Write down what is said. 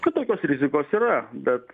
kad tokios rizikos yra bet